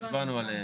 הצבענו עליהם.